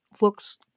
looks